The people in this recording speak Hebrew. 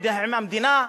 עם המדינה,